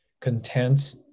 content